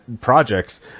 projects